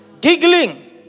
Giggling